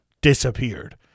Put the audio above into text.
disappeared